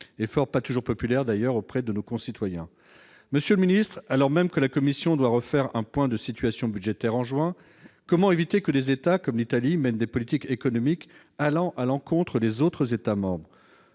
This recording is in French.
fort pas toujours populaires d'ailleurs auprès de nos concitoyens, monsieur le Ministre, alors même que la commission doit refaire un point de situation budgétaire en juin : comment éviter que des États comme l'Italie mène des politiques économiques allant à l'encontre des autres États-membres :